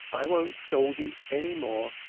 i won't scold you any more.